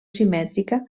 simètrica